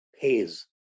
pays